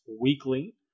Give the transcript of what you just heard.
weekly